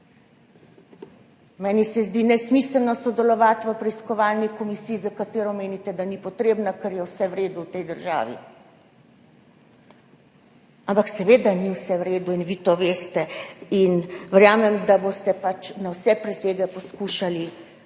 Meni se zdi nesmiselno sodelovati v preiskovalni komisiji, za katero menite, da ni potrebna, ker je vse v redu v tej državi, ampak seveda ni vse v redu in vi to veste in verjamem, da boste poskušali na vse pretege stvari